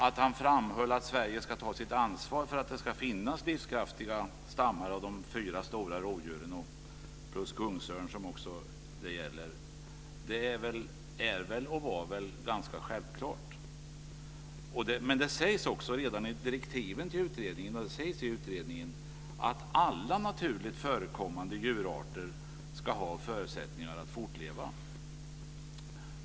Att han framhöll att Sverige ska ta sitt ansvar för att det ska finnas livskraftiga stammar av de fyra stora rovdjuren plus kungsörn är och var väl ganska självklart. Men det sägs också redan i direktiven till utredningen att alla naturligt förekommande djurarter ska ha förutsättningar att fortleva.